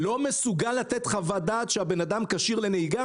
לא מסוגל לתת חוות דעת שהאדם כשיר לנהיגה?